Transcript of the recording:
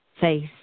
face